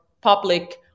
public